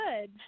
good